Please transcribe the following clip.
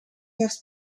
gers